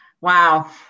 Wow